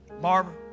Barbara